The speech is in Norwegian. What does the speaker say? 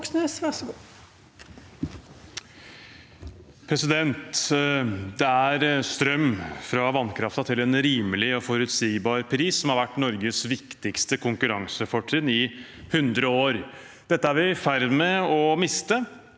Det er strøm fra vannkraften til en rimelig og forutsigbar pris som har vært Norges viktigste konkurransefortrinn i 100 år. Dette er vi i ferd med å miste,